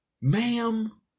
Ma'am